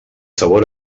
sabor